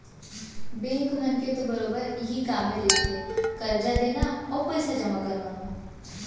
bank मन के तो बरोबर इहीं कामे रहिथे करजा देना अउ पइसा जमा करवाना